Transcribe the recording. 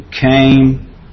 came